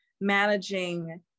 managing